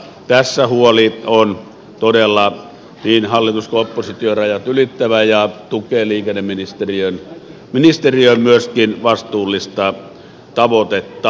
tässä huoli on todella hallitus ja oppositiorajat ylittävä ja myöskin liikenneministeriö tukee vastuullista tavoitetta